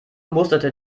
musterte